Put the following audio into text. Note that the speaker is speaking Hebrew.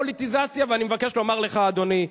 ואני מבקש לומר לך, אדוני.